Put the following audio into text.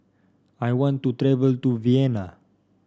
I want to travel to Vienna